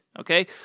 okay